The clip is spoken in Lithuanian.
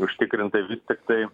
užtikrintai vis tiktai